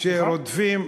יש פרוטוקול.